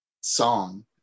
song